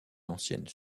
anciennes